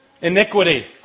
iniquity